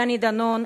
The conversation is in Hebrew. דני דנון,